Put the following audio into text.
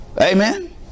Amen